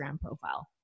profile